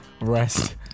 rest